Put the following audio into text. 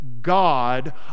God